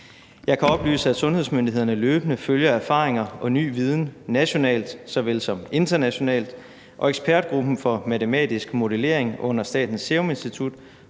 Jeg kan oplyse, at sundhedsmyndighederne løbende følger erfaringer og ny viden nationalt såvel som internationalt, og at ekspertgruppen for matematisk modellering under Statens Serum Institut